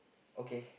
okay